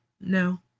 no